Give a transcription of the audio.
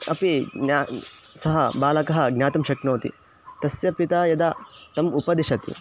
अपि ज्ञा सः बालकः ज्ञातुं शक्नोति तस्य पिता यदा तम् उपदिशति